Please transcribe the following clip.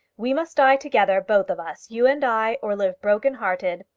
we must die together, both of us, you and i, or live broken-hearted,